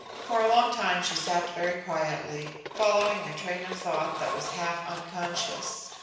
for a long time she sat very quietly, following a train of thought that was half unconscious.